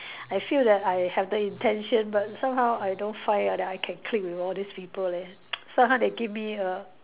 I feel that I have the intention but somehow I don't find I that I can click with all these people leh somehow they give me a